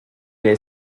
est